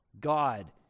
God